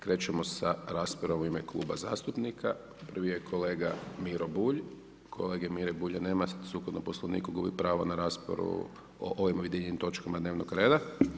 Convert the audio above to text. Krećemo sa raspravom u ime zastupnika, prvi je kolega Miro Bulj, kolege Mire Bulja nema, sukladno poslovnika gubi pravo na raspravu o ovim objedinjenim točkama dnevnog reda.